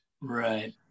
Right